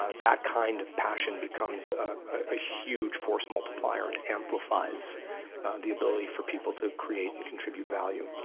ah that kind of passion becomes a huge force multiplier and amplifies the ability for people to create and contribute value.